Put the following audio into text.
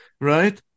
right